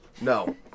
No